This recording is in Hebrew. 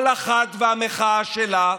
כל אחת והמחאה שלה,